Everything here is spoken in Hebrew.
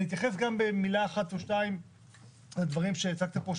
אתייחס במילה או שתיים לדברים שהצגתם פה,